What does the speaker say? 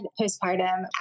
postpartum